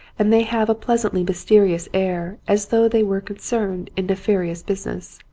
and they have a pleasantly mysterious air as though they were concerned in nefarious business.